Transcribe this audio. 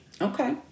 Okay